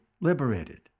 liberated